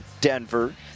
Denver